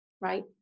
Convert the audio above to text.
right